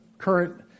current